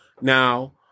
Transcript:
now